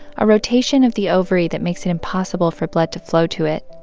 a rotation of the ovary that makes it impossible for blood to flow to it.